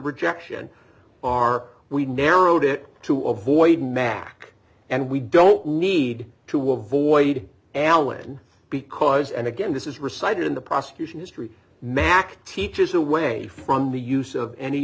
rejection are we narrowed it to avoid mack and we don't need to will void alan because and again this is reciting the prosecution history mack teaches away from the use of any